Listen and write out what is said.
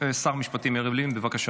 שר המשפטים יריב לוין, בבקשה.